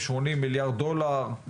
80 מיליארד דולר,